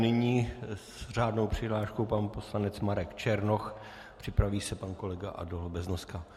Nyní s řádnou přihláškou pan poslanec Marek Černoch, připraví se pan kolega Adolf Beznoska.